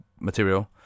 material